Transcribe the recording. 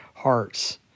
hearts